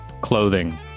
clothing